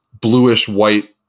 bluish-white